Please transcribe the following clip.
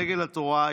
דגל התורה,